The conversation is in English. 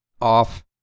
off